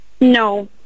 No